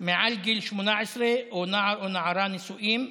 מעל גיל 18 או נער או נערה נשואים.